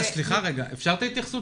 אפשר לקבל את התיחסות